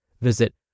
Visit